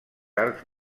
arcs